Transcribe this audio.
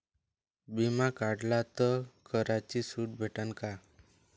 बिमा काढला तर करात सूट भेटन काय?